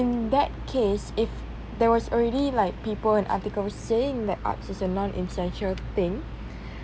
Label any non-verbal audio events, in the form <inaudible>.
in that case if there was already like people and article saying that arts is a non essential thing <breath>